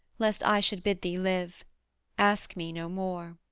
lest i should bid thee live ask me no more.